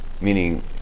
Meaning